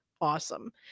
Awesome